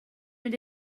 mynd